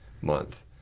Month